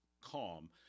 calm